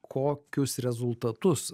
kokius rezultatus